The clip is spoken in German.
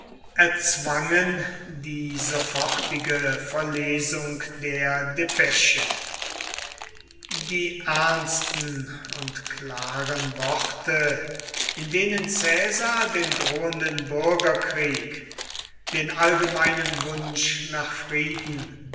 erzwangen die sofortige verlesung der depesche die ernsten und klaren warte in denen caesar den drohenden bürgerkrieg den allgemeinen wunsch nach frieden